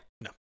No